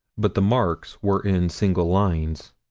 but the marks were in single lines.